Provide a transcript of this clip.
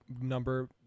number